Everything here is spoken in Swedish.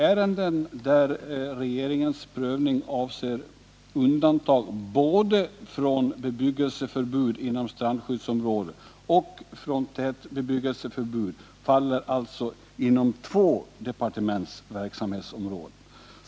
Ärenden där regeringens prövning avser undantag både från bebyggelseförbud inom strandskyddsområde och från tätbebyggelseförHud faller alltså inom två departements verksamhetsområden.